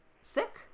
sick